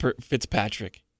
Fitzpatrick